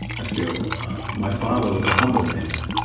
i feel my father was a humble man.